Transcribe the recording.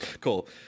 Cool